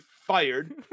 fired